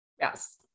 Yes